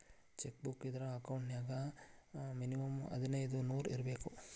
check book ಇದ್ರ account ನ್ಯಾಗ minimum ಹದಿನೈದ್ ನೂರ್ ಇರ್ಬೇಕು